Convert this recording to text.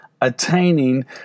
attaining